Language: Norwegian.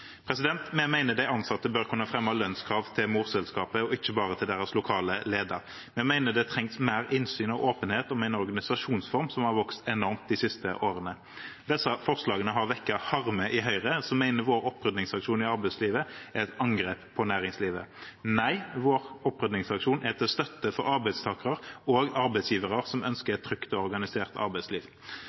Vi mener at de ansatte bør kunne fremme lønnskrav til morselskapet, ikke bare til deres lokale leder. Vi mener det trengs mer innsyn og åpenhet om en organisasjonsform som har vokst enormt de siste årene. Disse forslagene har vekket harme i Høyre, som mener at vår opprydningsaksjon i arbeidslivet er et angrep på næringslivet. Nei, vår opprydningsaksjon er til støtte for arbeidstakere og arbeidsgivere som ønsker et trygt og organisert arbeidsliv.